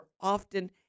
often